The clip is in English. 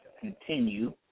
continue